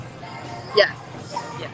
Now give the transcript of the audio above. Yes